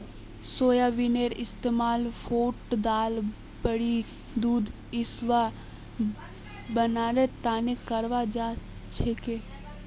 सोयाबीनेर इस्तमाल टोफू दाल बड़ी दूध इसब बनव्वार तने कराल जा छेक